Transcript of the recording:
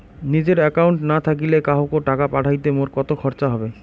নিজের একাউন্ট না থাকিলে কাহকো টাকা পাঠাইতে মোর কতো খরচা হবে?